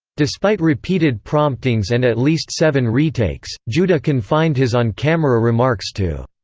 despite repeated promptings and at least seven retakes, juda confined his on-camera remarks to,